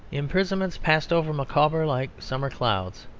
imprisonments passed over micawber like summer clouds.